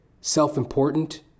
self-important